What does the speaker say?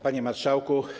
Panie Marszałku!